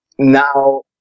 Now